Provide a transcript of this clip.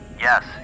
Yes